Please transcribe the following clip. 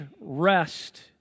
rest